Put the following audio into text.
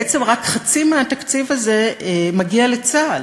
בעצם רק חצי מהתקציב הזה מגיע לצה"ל,